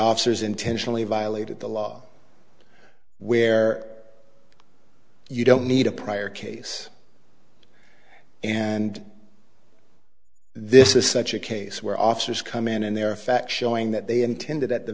officers intentionally violated the law where you don't need a prior case and this is such a case where officers come in and their affection showing that they intended at the